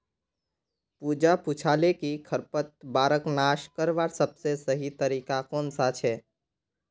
पूजा पूछाले कि खरपतवारक नाश करवार सबसे सही तरीका कौन सा छे